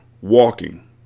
walking